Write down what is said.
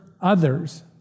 others